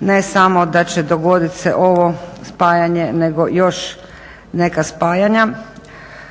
ne samo da će se dogoditi ovo spajanje nego još neka spajanja